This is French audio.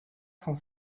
cent